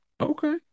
Okay